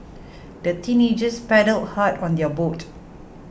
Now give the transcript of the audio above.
the teenagers paddled hard on their boat